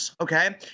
Okay